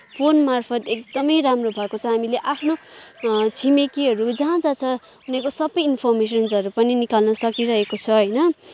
phone मार्फत् एकदमै राम्रो भएको छ हामीले आफ्नो छिमेकीहरू जहाँ जहाँ छ उनीहरूको सबै इन्फोर्मेसन्सहरू पनि निकाल्न सकिरहेको छ होइन